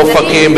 באופקים,